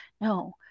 no